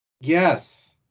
Yes